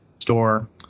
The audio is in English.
store